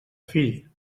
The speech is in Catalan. fill